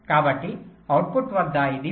కాబట్టి అవుట్పుట్ వద్ద ఇది 5